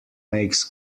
makes